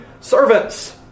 servants